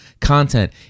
content